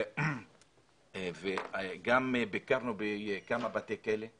גם ביקרנו בכמה בתי כלא עם